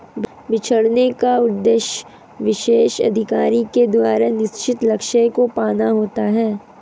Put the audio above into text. बिछड़ने का उद्देश्य विशेष अधिकारी के द्वारा निश्चित लक्ष्य को पाना होता है